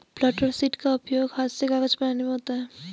blotter sheet का उपयोग हाथ से कागज बनाने में होता है